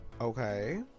Okay